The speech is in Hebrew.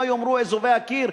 מה יאמרו אזובי הקיר?